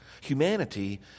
Humanity